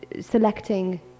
selecting